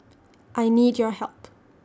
I need your help